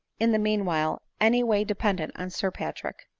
in the meanwhile, any way dependent on sir patrick.